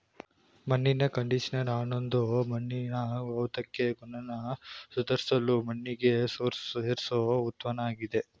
ಮಣ್ಣಿನ ಕಂಡಿಷನರ್ ಅನ್ನೋದು ಮಣ್ಣಿನ ಭೌತಿಕ ಗುಣನ ಸುಧಾರ್ಸಲು ಮಣ್ಣಿಗೆ ಸೇರ್ಸೋ ಉತ್ಪನ್ನಆಗಿದೆ